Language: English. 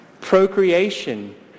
Procreation